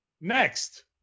next